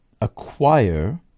acquire